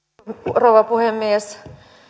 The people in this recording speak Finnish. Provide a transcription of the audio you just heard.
rouva puhemies